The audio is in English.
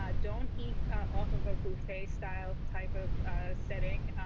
ah don't eat off of a buffet-style type of setting,